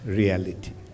reality